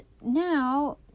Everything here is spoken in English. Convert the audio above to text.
now